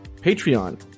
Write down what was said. Patreon